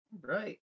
Right